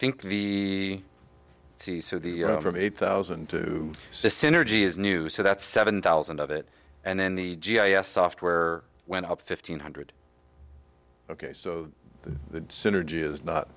think the c so the from eight thousand to synergy is new so that's seven thousand of it and then the g i s software went up fifteen hundred ok so the synergy is not